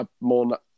more